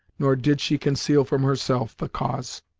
nor did she conceal from herself the cause.